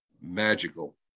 magical